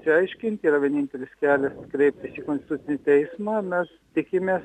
čia aiškint yra vienintelis kelia kreiptis į konstitucinį teismą mes tikimės